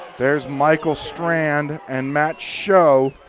there's michael strand and matt schoh.